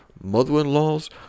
mother-in-laws